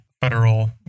federal